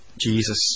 Jesus